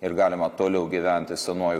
ir galima toliau gyventi senuoju